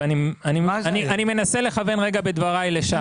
אני מנסה לכוון רגע בדבריי לשם.